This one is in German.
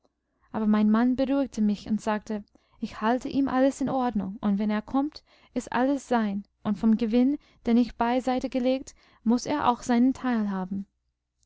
aber mein mann beruhigte mich und sagte ich halte ihm alles in ordnung und wenn er kommt ist alles sein und vom gewinn den ich beiseite gelegt muß er auch seinen teil haben